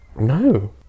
No